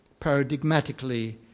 paradigmatically